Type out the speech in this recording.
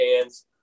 hands